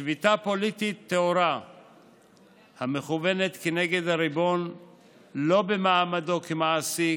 שביתה פוליטית טהורה מכוונת כנגד הריבון לא במעמדו כמעסיק,